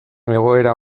egoera